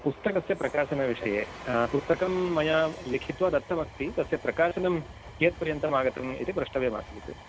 पुस्तकस्य प्रकाशनविषये पुस्तकं मया लिखित्वा दत्तमस्ति तस्य प्रकाशनं कियत्पर्यन्तमागतम् इति प्रष्टव्यमासीत्